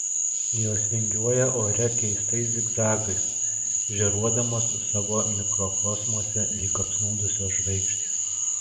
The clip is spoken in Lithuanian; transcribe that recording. jos vingiuoja ore keistais zigzagais žėruodamos savo mikrokosmose lyg apsnūdusios žvaigždės